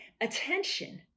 attention